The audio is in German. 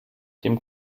dem